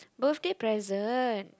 birthday present